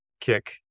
kick